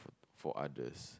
for others